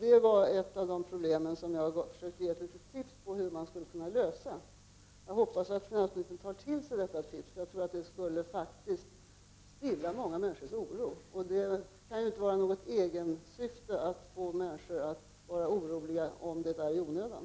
Det var ett av de problem som jag försökte ge tips om hur man kunde lösa. Jag hoppas att finansministern tar till sig av detta tips. Jag tror faktiskt att det skulle stilla många människors oro. Det kan inte vara något egensyfte att oroa människor i onödan.